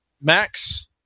Max